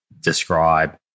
describe